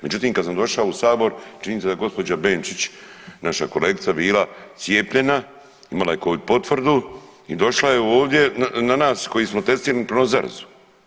Međutim, kad sam došao u sabor čini mi se da je gospođa Beničić naša kolegica bila cijepljena, imala je Covid potvrdu i došla je ovdje na nas koji smo testirani prenosit zarazu.